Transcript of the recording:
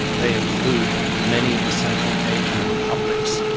they include many of the central asian republics,